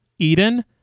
Eden